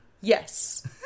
Yes